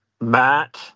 Matt